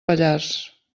pallars